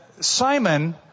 Simon